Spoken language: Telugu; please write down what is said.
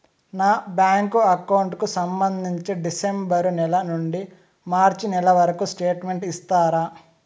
నా బ్యాంకు అకౌంట్ కు సంబంధించి డిసెంబరు నెల నుండి మార్చి నెలవరకు స్టేట్మెంట్ ఇస్తారా?